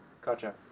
Gotcha